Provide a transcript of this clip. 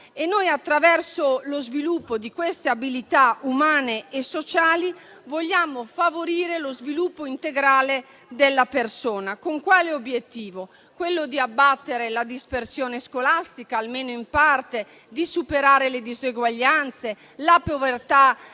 Noi, attraverso lo sviluppo di queste abilità umane e sociali, vogliamo favorire lo sviluppo integrale della persona con l'obiettivo di abbattere la dispersione scolastica, almeno in parte, di superare le diseguaglianze e la povertà